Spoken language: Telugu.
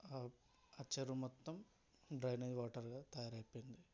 ఆ చెరువు మొత్తం డ్రైనేజ్ వాటర్గా తయారైపోయింది